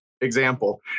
example